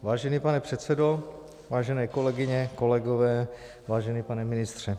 Vážený pane předsedo, vážené kolegyně, kolegové, vážený pane ministře.